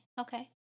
Okay